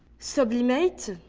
sublimate,